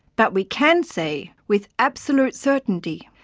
but we can say, with absolute certainty,